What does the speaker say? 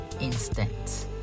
instant